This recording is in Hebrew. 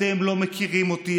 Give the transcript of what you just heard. אתם לא מכירים אותי.